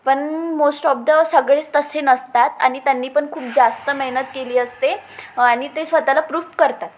पण most of the सगळेच तसे नसतात आणि त्यांनी पण खूप जास्त मेहनत केली असते आणि ते स्वतःला प्रूफ करतात